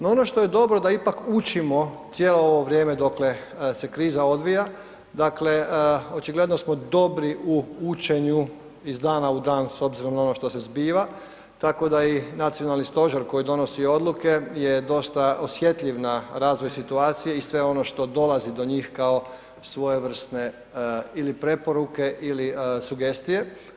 No, ono što je dobro da ipak učimo cijelo ovo vrijeme dokle se kriza odvija, dakle očigledno smo dobri u učenju iz dana u dan s obzirom na ono što se zbiva, tako da i Nacionalni stožer koji donosi odluke je dosta osjetljiv na razvoj situacije i sve ono što dolazi do njih kao svojevrsne ili preporuke ili sugestije.